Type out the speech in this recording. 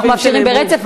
אנחנו מאפשרים ברצף,